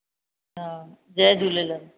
हा जय झुलेलाल